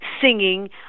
singing